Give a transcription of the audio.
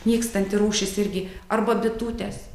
nykstanti rūšis irgi arba bitutės